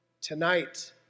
tonight